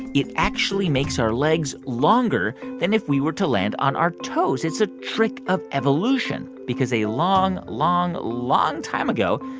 it actually makes our legs longer than if we were to land on our toes. it's a trick of evolution because a long, long, long time ago,